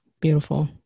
Beautiful